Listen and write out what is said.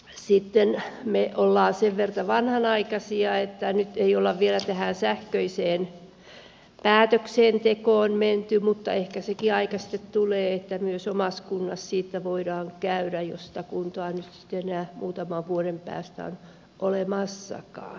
sitten me olemme sen verran vanhanaikaisia että nyt ei olla vielä tähän sähköiseen päätöksentekoon menty mutta ehkä sekin aika sitten tulee että myös omassa kunnassa siitä voidaan käydä keskustelua jos sitä kuntaa nyt sitten enää muutaman vuoden päästä on olemassakaan